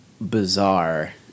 bizarre